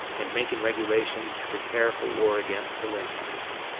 and making regulations to prepare for war against the lamanites,